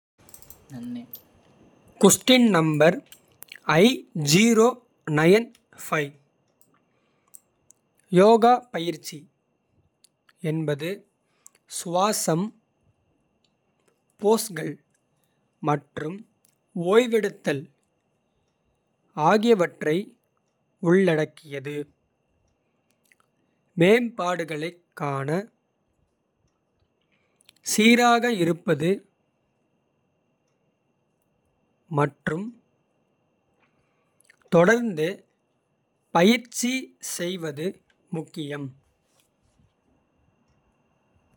யோகா பயிற்சி என்பது சுவாசம் போஸ்கள். மற்றும் ஓய்வெடுத்தல் ஆகியவற்றை உள்ளடக்கியது. மேம்பாடுகளைக் காண சீராக இருப்பது மற்றும். தொடர்ந்து பயிற்சி செய்வது முக்கியம்.